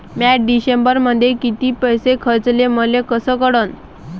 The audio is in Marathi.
म्या डिसेंबरमध्ये कितीक पैसे खर्चले मले कस कळन?